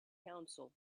counsel